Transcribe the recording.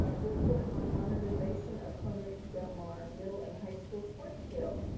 ah report on modernization of corona del mar middle and high school sports field,